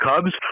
Cubs